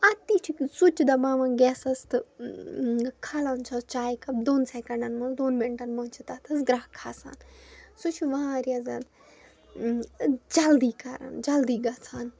اَتھ تہِ چھِکھ سُچ دَباوان گیسَس تہٕ کھالان چھِ حظ چایہِ کَپ دۄن سٮ۪کَنڈَن منٛز دۄن مِنٹَن منٛز چھِ تَتھ حظ گرٛٮ۪کھ کھسان سُہ چھُ واریاہ زیادٕ جَلدی کَران جَلدی گژھان